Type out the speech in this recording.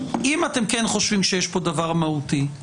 אם אתם חושבים שיש פה דבר מהותי,